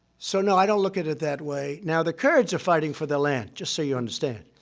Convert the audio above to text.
so, no. i don't look at it that way. now, the kurds are fighting for their land, just so you understand.